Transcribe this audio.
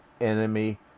enemy